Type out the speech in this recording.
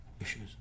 issues